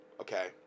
okay